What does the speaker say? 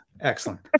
Excellent